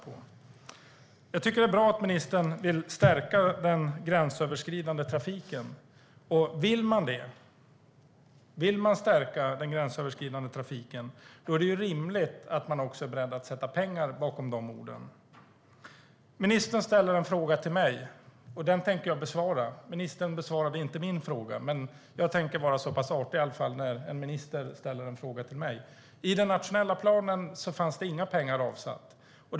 Jag tycker att det är bra att ministern vill stärka den gränsöverskridande trafiken, och vill man det är det rimligt att man också är beredd att sätta pengar bakom de orden. Ministern ställde en fråga till mig, och den tänker jag besvara. Ministern besvarade inte min fråga, men jag tänker i alla fall vara så pass artig när en minister ställer en fråga till mig. I den nationella planen fanns det inga pengar avsatta.